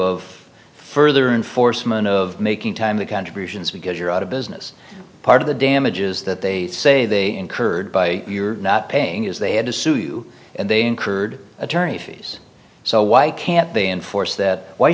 of further enforcement of making timely contributions because you're out of business part of the damages that they say they incurred by your not paying is they had to sue you and they incurred attorney fees so why can't they enforce that why